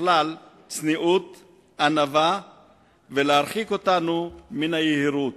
לכלל צניעות וענווה ולהרחיק אותנו מן היהירות.